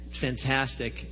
Fantastic